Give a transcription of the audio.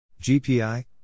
GPI